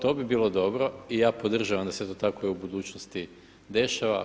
To bi bilo dobro i ja podržavam da se to tako i u budućnosti dešava.